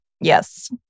Yes